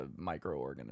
microorganism